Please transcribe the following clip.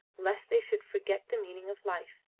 lest they should forget the meaning of life.